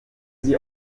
sie